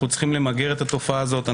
אנחנו צריכים למגר את התופעה הזאת.